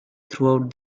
throughout